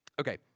Okay